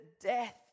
death